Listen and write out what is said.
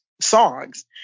songs